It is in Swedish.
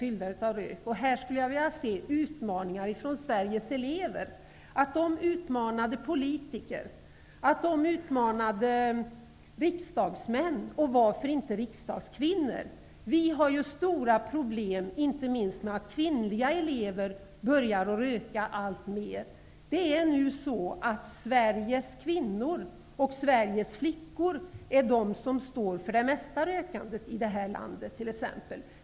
I detta sammanhang skulle jag vilja se utmaningar från Sveriges elever, att de utmanar politiker, att de utmanar riksdagsmän och varför inte riksdagskvinnor. Vi har stora problem, inte minst med att allt fler kvinnliga elever börjar röka. Kvinnorna och flickorna står för det mesta av rökandet i det här landet.